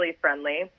friendly